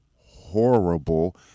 horrible